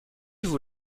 vous